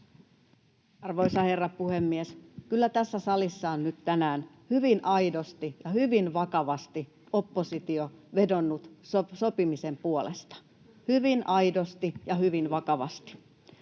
Arvoisa herra puhemies! Kyllä tässä salissa on nyt tänään hyvin aidosti ja hyvin vakavasti oppositio vedonnut sopimisen puolesta, hyvin aidosti ja hyvin vakavasti.